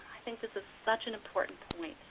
think this is such an important point.